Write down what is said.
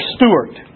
Stewart